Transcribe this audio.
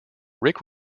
rick